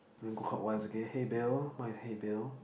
do you want to go clockwise okay hey Bill mine is hey Bill